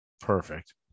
Perfect